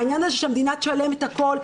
העניין הזה שהמדינה תשלם את הכול,